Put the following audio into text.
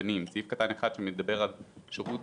סעיף קטן 1 מדבר על שירות